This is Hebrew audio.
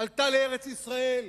עלתה לארץ-ישראל,